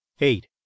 eight